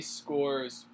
scores